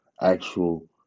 actual